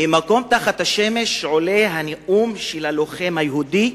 מ"מקום תחת השמש" עולה הנאום של הלוחם היהודי,